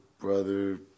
brother